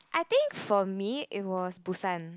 I think for me it was Busan